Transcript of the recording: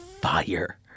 fire